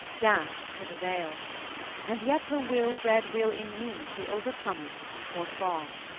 dashed to the vale and yet her will bred will in me to overcome it or fall.